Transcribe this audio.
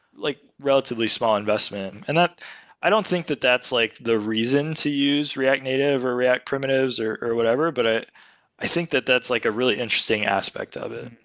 like relatively small investment. and i i don't think that that's like the reason to use react native or react primitives or or whatever, but ah i think that that's like a really interesting aspect of it.